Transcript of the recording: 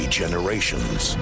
generations